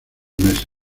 meses